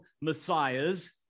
messiahs